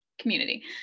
community